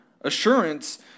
assurance